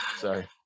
sorry